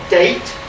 date